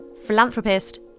philanthropist